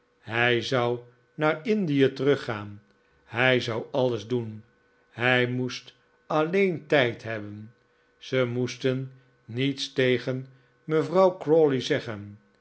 hij zou naar indie teruggaan hij zou alles doen hij moest alleen tijd hebben ze moesten niets tegen mevrouw crawley zeggen